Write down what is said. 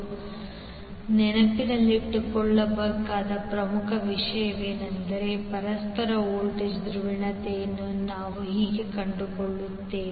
ಆದ್ದರಿಂದ ನೀವು ನೆನಪಿಟ್ಟುಕೊಳ್ಳಬೇಕಾದ ಪ್ರಮುಖ ವಿಷಯವೆಂದರೆ ಪರಸ್ಪರ ವೋಲ್ಟೇಜ್ನ ಧ್ರುವೀಯತೆಯನ್ನು ನೀವು ಹೇಗೆ ಕಂಡುಕೊಳ್ಳುತ್ತೀರಿ